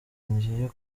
ngiye